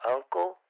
Uncle